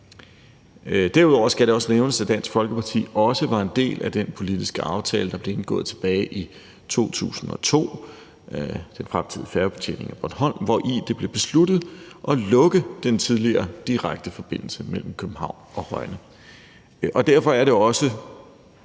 Derudover skal det også nævnes, at Dansk Folkeparti også var en del af den politiske aftale, der blev indgået tilbage i 2002, om den fremtidige færgebetjening af Bornholm, hvori det blev besluttet at lukke den tidligere direkte forbindelse mellem København og Rønne. Derfor er det også,